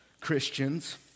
Christians